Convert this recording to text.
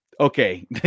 Okay